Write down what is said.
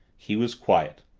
he was quiet.